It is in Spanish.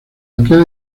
aquel